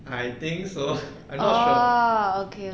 I think so I am not sure